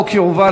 רבותי,